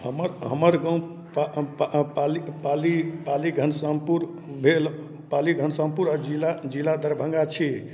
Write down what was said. हमर हमर गाँव पा पा पाली पाली पाली घनश्यामपुर भेल पाली घनश्यामपुर आ जिला जिला दरभङ्गा छी